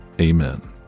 Amen